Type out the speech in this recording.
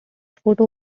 photo